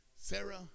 Sarah